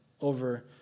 over